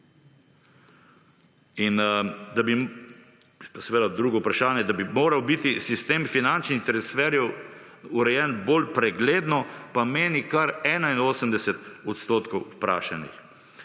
Pa seveda drugo vprašanje, da bi moral biti sistem finančnih transferjev urejen bolj pregledno pa meni kar 81 odstotkov vprašanih.